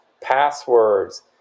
passwords